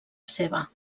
seva